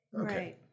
Okay